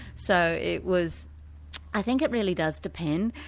so it was i think it really does depend.